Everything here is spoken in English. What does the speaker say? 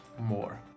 more